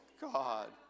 God